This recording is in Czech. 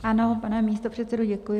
Ano, pane místopředsedo, děkuji.